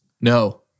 No